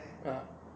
uh